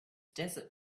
desert